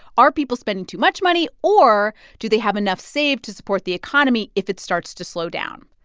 are people spending too much money, or do they have enough saved to support the economy if it starts to slow down?